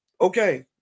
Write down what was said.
Okay